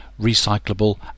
recyclable